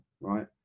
right